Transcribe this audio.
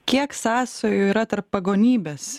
kiek sąsajų yra tarp pagonybės